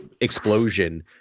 explosion